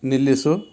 ನಿಲ್ಲಿಸು